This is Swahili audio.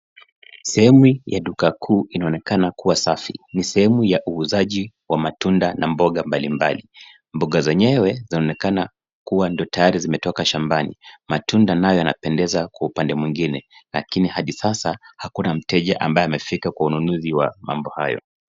Sehemu ya duka kuu inaonekana kuwa safi ni sehemu ya uuzaji wa matunda na mboga mbalimbali, mboga zenyewe zinaonekana kuwa ndio tayari zimetoka shambani matunda nayo yanapendeza kwa upande mwingine, lakini hadi sasa hakuna mteja ambaye amefika kwa ununuzi wa mambo hayo.